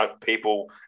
people